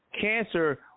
cancer